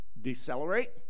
Decelerate